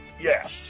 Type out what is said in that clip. Yes